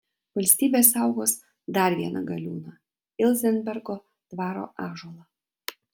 valstybė saugos dar vieną galiūną ilzenbergo dvaro ąžuolą